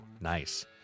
nice